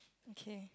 okay